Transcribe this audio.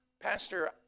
Pastor